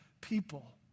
people